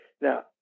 Now